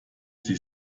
sie